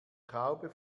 traube